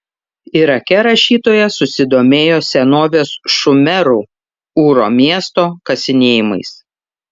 irake rašytoja susidomėjo senovės šumerų ūro miesto kasinėjimais